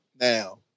now